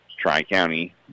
Tri-County